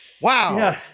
Wow